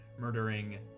Murdering